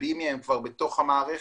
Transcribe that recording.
רבים מהם כבר בתוך המערכת.